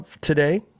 today